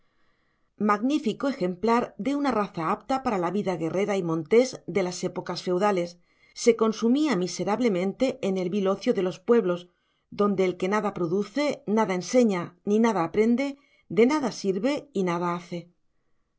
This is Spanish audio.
magnífico ejemplar de una raza apta para la vida guerrera y montés de las épocas feudales se consumía miserablemente en el vil ocio de los pueblos donde el que nada produce nada enseña ni nada aprende de nada sirve y nada